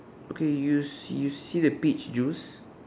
okay you see you see the peach juice